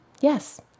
Yes